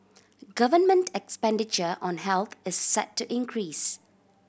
government expenditure on health is set to increase